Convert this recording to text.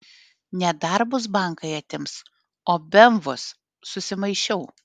ne darbus bankai atims o bemvus susimaišiau